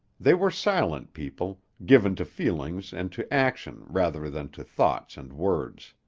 they were silent people, given to feelings and to action rather than to thoughts and words.